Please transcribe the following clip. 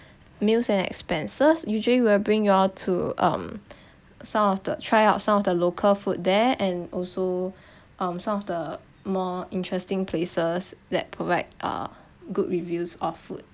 meals and expenses usually will bring you all to um some of the try out some of the local food there and also um some of the more interesting places that provide ah good reviews of food